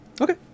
Okay